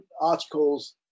articles